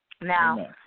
Now